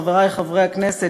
חברי חברי הכנסת,